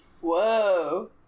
Whoa